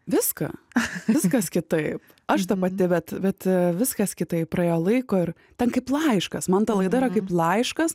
viską viskas kitaip aš ta pati bet bet viskas kitaip praėjo laiko ir tad kaip laiškas man ta laida yra kaip laiškas